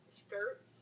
skirts